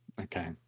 okay